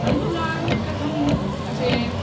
तण्डुलान् कथं पचेत्